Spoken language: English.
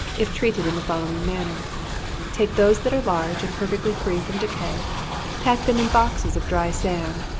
if treated in the following manner take those that are large, and perfectly free from decay pack them in boxes of dry sand,